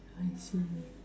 I see